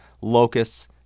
locusts